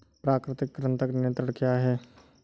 प्राकृतिक कृंतक नियंत्रण क्या है?